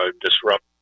disrupt